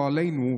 לא עלינו,